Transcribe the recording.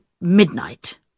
midnight